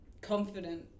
confident